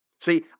See